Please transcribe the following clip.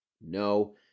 no